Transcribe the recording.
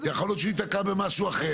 יכול להיות שייתקע במשהו אחר.